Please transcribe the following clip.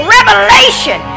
revelation